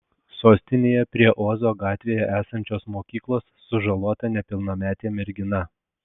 sostinėje prie ozo gatvėje esančios mokyklos sužalota nepilnametė mergina